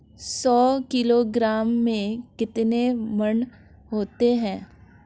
सौ किलोग्राम में कितने मण होते हैं?